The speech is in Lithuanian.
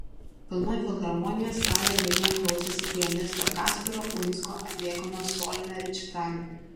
pilna filharmonijos salė vilniuje klausėsi pianisto kasparo uinsko atliekamo solinio rečitalio